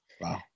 Wow